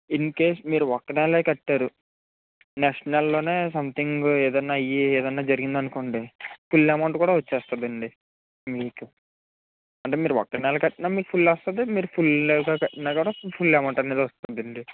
in case మీరు ఒక నెలే కట్టారు నెక్స్ట్ నెలలోనే సంథింగ్ ఏదన్నా అయి ఏదన్నా జరిగిందనుకోండి ఫుల్ అమౌంట్ కూడా వచ్చేస్తదండి మీకు అంటే మీరు ఒక నెల కట్టిన ఫుల్ వస్తది మీరు ఫుల్గా కట్టినా కూడా ఫుల్ అమౌంట్ వచ్చేస్తదండి